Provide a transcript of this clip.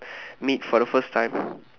meet for the first time